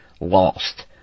lost